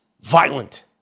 violent